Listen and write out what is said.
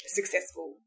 Successful